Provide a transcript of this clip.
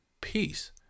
peace